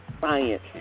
science